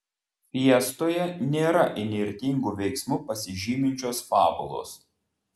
fiestoje nėra įnirtingu veiksmu pasižyminčios fabulos